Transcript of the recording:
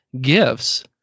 gifts